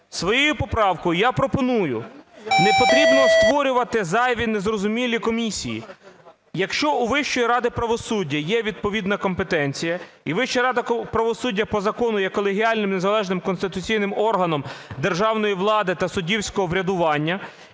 Своєю поправкою я пропоную: не потрібно створювати зайві незрозумілі комісії. Якщо у Вищої ради правосуддя є відповідна компетенція, і Вища рада правосуддя по закону є колегіальним незалежним конституційним органом державної влади та суддівського врядування,